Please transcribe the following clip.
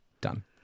Done